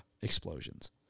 explosions